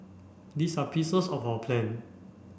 these are pieces of our plan